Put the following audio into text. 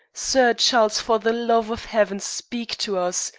sir charles! for the love of heaven, speak to us.